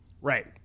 right